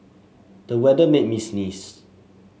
the weather made me sneeze